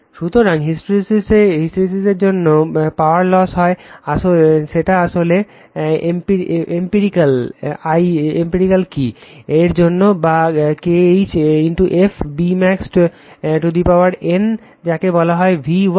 সুতরাং হিস্টেরেসিস এর জন্য যে পাওয়ার লস হয় সেটা আসলে এম্পিরিকাল la key র জন্য বা K h f Bmax to the power n যাকে V ওয়াট বলে